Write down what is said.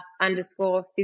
underscore